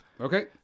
Okay